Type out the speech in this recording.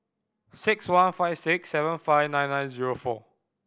six one five six seven five nine nine zero four